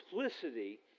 simplicity